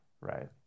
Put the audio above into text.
right